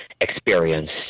experienced